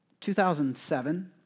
2007